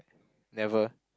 never